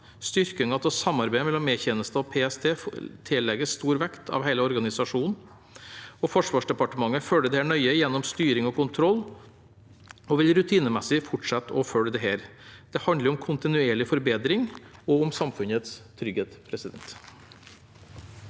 Styrkingen av samarbeidet mellom E-tjenesten og PST tillegges stor vekt av hele organisasjonen, og Forsvarsdepartementet følger dette nøye gjennom styring og kontroll og vil rutinemessig fortsette å følge dette. Det handler om kontinuerlig forbedring og om samfunnets trygghet. Presidenten